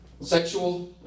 sexual